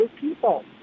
people